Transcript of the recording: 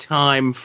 time